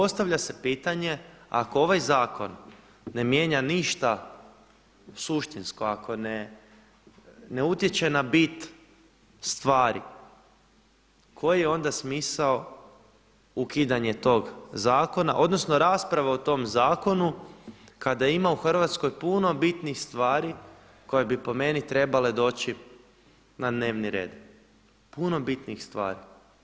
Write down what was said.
I postavlja se pitanje ako ovaj zakon ne mijenja ništa suštinsko, ako ne utječe na bit stvari koji je onda smisao ukidanje tog zakona, odnosno rasprava o tom zakonu kada ima u Hrvatskoj puno bitnih stvari koje bi po meni trebale doći na dnevni red, puno bitnijih stvari.